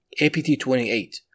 APT-28